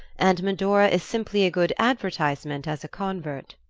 and medora is simply a good advertisement as a convert.